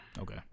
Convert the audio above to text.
Okay